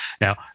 Now